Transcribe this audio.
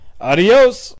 Adios